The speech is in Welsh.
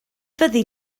fyddi